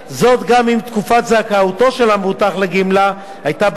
זאת גם אם תקופת זכאותו של המבוטח לגמלה היתה בעד